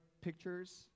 pictures